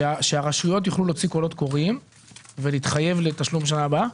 שהרשויות יוכלו להוציא קולות קוראים ולהתחייב לתשלום בשנה הבאה?